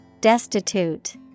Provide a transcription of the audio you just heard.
Destitute